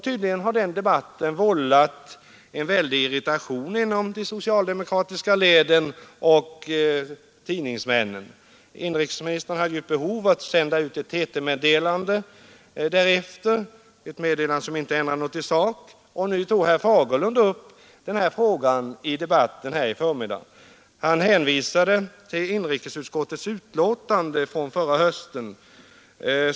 Tydligen har denna debatt vållat en väldig irritation inom de socialdemokratiska leden och bland s-tidningsmännen. Inrikesministern hade därför ett behov av att sända ut ett TT-meddelande — ett meddelande som inte ändrade något i sak — och nu tog herr Fagerlund upp frågan i den här debatten under förmiddagen. Han hänvisade till inrikesutskottets betänkande från förra hösten.